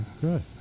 good